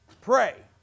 pray